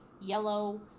yellow